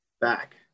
back